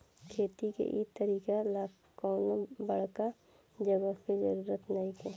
खेती के इ तरीका ला कवनो बड़का जगह के जरुरत नइखे